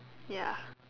ya